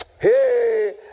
hey